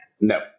No